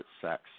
sex